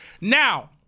Now